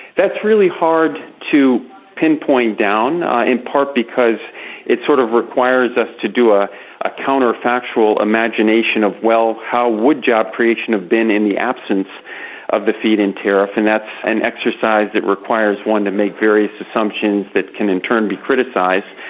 that's really hard to pinpoint down, ah in part because it sort of requires us to do a ah counterfactual imagination of, well, how would job creation have been in the absence of the feed-in tariff, and that's an exercise that requires one to make various assumptions that can in turn be criticised.